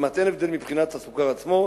כמעט אין הבדל מבחינת הסוכר עצמו,